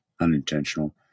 unintentional